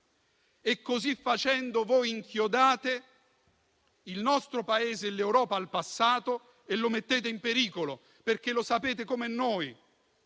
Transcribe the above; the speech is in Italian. Così facendo, voi inchiodate il nostro Paese e l'Europa al passato e lo mettete in pericolo, perché sapete come lo